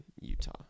Utah